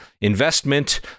investment